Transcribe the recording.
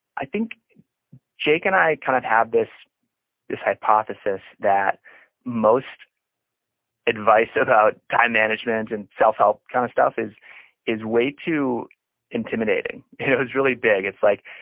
i think jake and i kind of had this this hypothesis that most advice about time management and self-help kind of stuff is is way too intimidating, you know? it's really big. it's like,